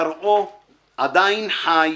פרעה עדיין חי